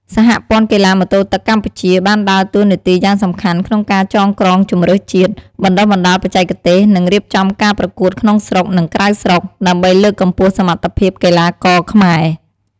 សហព័ន្ធកីឡាម៉ូតូទឹកកម្ពុជា បានដើរតួនាទីយ៉ាងសំខាន់ក្នុងការចងក្រងជម្រើសជាតិ បណ្តុះបណ្តាលបច្ចេកទេស និងរៀបចំការប្រកួតក្នុងស្រុក និងក្រៅស្រុក ដើម្បីលើកកម្ពស់សមត្ថភាពកីឡាករខ្មែរ។